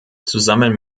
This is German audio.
zusammen